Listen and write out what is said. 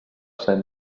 cent